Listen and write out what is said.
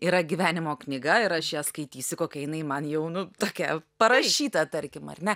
yra gyvenimo knyga ir aš ją skaitysiu kokia jinai man jau nu tokia parašyta tarkim ar ne